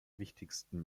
wichtigsten